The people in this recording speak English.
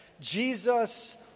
Jesus